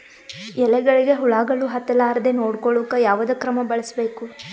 ಎಲೆಗಳಿಗ ಹುಳಾಗಳು ಹತಲಾರದೆ ನೊಡಕೊಳುಕ ಯಾವದ ಕ್ರಮ ಬಳಸಬೇಕು?